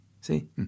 see